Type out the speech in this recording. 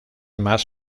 más